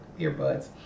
earbuds